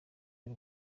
y’u